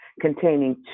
containing